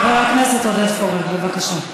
חבר הכנסת עודד פורר, בבקשה.